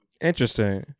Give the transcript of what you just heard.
Interesting